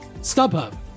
StubHub